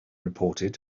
reported